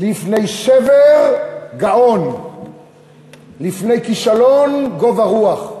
"לפני שבר גאון ולפני כִּשלון גֹבה רוח".